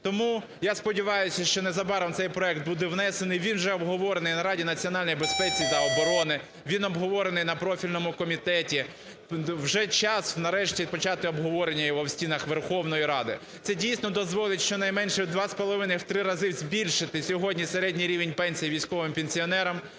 Тому я сподіваюсь, що незабаром цей проект буде внесений. Він вже обговорений на Раді національної безпеки та оборони, він обговорений на профільному комітеті. Вже час нарешті почати обговорення його в стінах Верховної Ради. Це дійсно дозволить щонайменше в 2,5-3 рази збільшити сьогодні середній рівень пенсій військовим пенсіонерам.